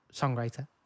songwriter